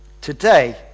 today